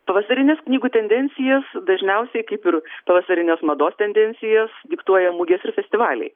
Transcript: pavasarines knygų tendencijas dažniausiai kaip ir pavasarines mados tendencijas diktuoja mugės ir festivaliai